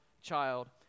child